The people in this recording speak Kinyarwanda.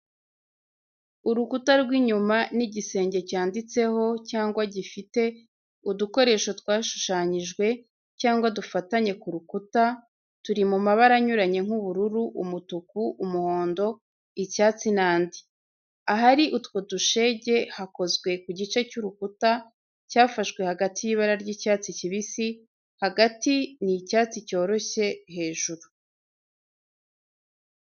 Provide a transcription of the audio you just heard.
Urukuta rw’inyuma n’igisenge cyanditseho cyangwa gifite udukoresho twashushanyijwe cyangwa dufatanye ku rukuta, turi mu mabara anyuranye nk'ubururu, umutuku, umuhondo, icyatsi n’andi. Ahari utwo dushege hakozwe ku gice cy’urukuta cyafashwe hagati y’ibara ry’icyatsi kibisi hagati n’icyatsi cyoroshye hejuru.